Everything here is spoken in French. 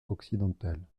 occidental